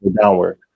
downward